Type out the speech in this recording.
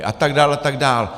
A tak dál, a tak dál.